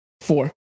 Four